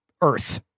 Earth